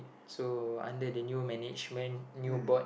so under the new management new board